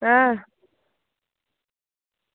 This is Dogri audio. ऐं